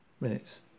minutes